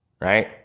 right